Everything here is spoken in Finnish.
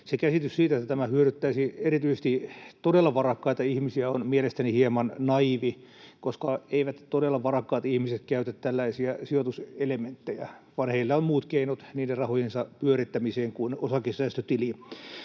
Käsitys siitä, että tämä hyödyttäisi erityisesti todella varakkaita ihmisiä, on mielestäni hieman naiivi, koska eivät todella varakkaat ihmiset käytä tällaisia sijoituselementtejä, vaan heillä on muut keinot niiden rahojensa pyörittämiseen kuin osakesäästötili.